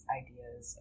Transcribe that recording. ideas